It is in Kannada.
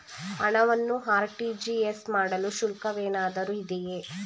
ಹಣವನ್ನು ಆರ್.ಟಿ.ಜಿ.ಎಸ್ ಮಾಡಲು ಶುಲ್ಕವೇನಾದರೂ ಇದೆಯೇ?